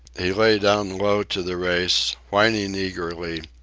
he lay down low to the race, whining eagerly,